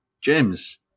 James